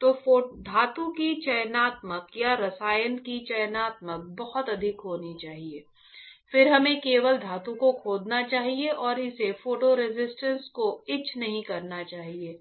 तो धातु की चयनात्मकता या रसायन की चयनात्मकता बहुत अधिक होनी चाहिए फिर हमें केवल धातु को खोदना चाहिए और इसे फोटो रेजिस्टेंस को ईच नहीं करना चाहिए